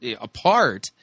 apart